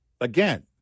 again